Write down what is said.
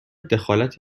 دخالت